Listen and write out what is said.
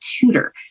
tutor